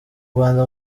rwanda